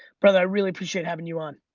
brother, i really appreciate havin' you on.